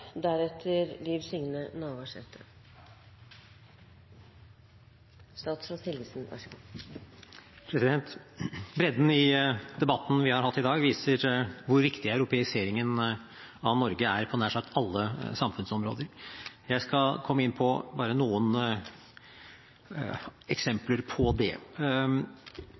Bredden i debatten vi har hatt i dag, viser hvor viktig europeiseringen av Norge er på nær sagt alle samfunnsområder. Jeg skal komme inn på bare noen eksempler på det.